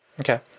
Okay